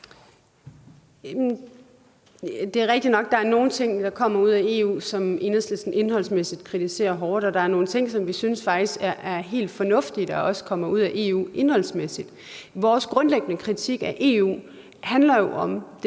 Det er rigtigt nok, at der er nogle ting, der kommer fra EU, som Enhedslisten indholdsmæssigt kritiserer hårdt, og der er også nogle ting, der kommer fra EU, som vi faktisk synes er helt fornuftige indholdsmæssigt. Vores grundlæggende kritik af EU handler jo om den